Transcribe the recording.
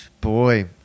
Boy